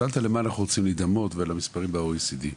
שאלת למה אנחנו רוצים להידמות ועל המספרים ב-OECD.